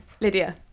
Lydia